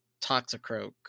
Toxicroak